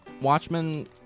Watchmen